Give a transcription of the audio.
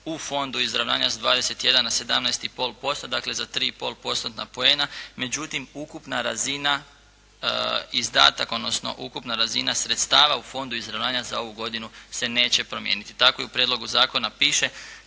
u Fondu izravnanja za 21 na 17,5%, dakle za 3,5 postotna poena. Međutim, ukupna razina izdataka, odnosno ukupna razina sredstava u Fondu izravnanja za ovu godinu se neće promijeniti. Tako i u prijedlogu zakona piše